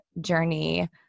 journey